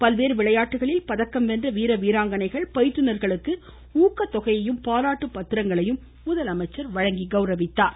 பல்வேறு விளையாட்டுக்களில் பதக்கம் வென்ற வீர வீராங்கனைகள் பயிற்றுனர்களுக்கு ஊக்கத்தொகையையும் பாராட்டு பத்திரங்களையும் முதலமைச்சர் வழங்கினார்